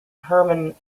hermann